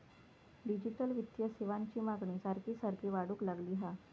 digital वित्तीय सेवांची मागणी सारखी सारखी वाढूक लागली हा